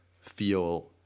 feel